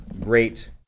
great